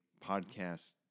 podcast